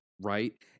right